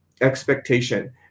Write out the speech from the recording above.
expectation